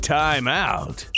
timeout